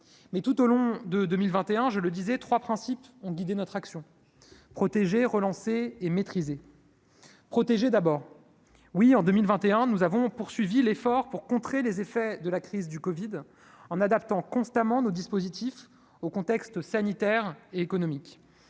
mais tout au long de 2021, je le disais, 3 principes ont guidé notre action protéger relancée et maîtrisée protéger d'abord oui en 2021 nous avons poursuivi l'effort pour contrer les effets de la crise du Covid en adaptant constamment nos dispositifs au contexte sanitaire, économique,